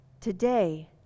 Today